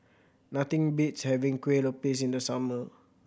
nothing beats having Kueh Lopes in the summer